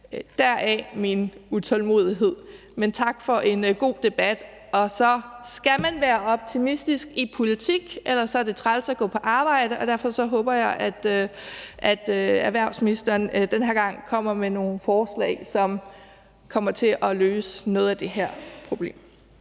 Deraf min utålmodighed, men tak for en god debat. Men skal være optimistisk i politik, ellers er det træls at gå på arbejde, og derfor håber jeg, at erhvervsministeren den her gang kommer med nogle forslag, som kommer til at løse noget af det her problem.